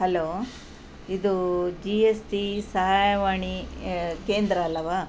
hello ಇದು G S T ಸಹಾಯವಾಣಿ ಕೇಂದ್ರ ಅಲ್ಲವಾ